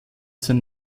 sein